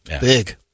big